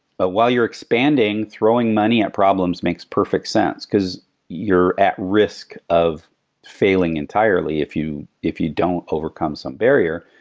but while you're expanding, throwing money at problems makes perfect sense, because you're at risk of failing entirely if you if you don't overcome some barrier.